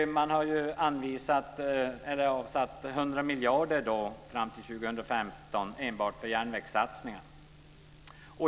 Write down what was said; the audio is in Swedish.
Man har där avsatt 100 miljarder fram till 2015 enbart för järnvägssatsningar.